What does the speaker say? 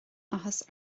áthas